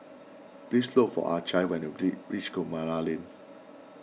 please look for Acy when you agree reach Guillemard Lane